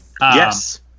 Yes